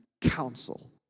counsel